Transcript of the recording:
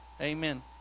Amen